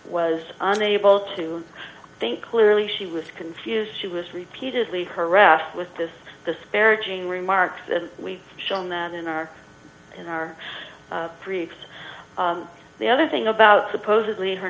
was unable to think clearly she was confused she was repeatedly harassed with this disparaging remarks and shown that in our in our predicts the other thing about supposedly her